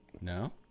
No